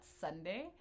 Sunday